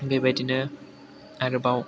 बेबायदिनो आरोबाव